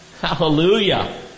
Hallelujah